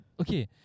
Okay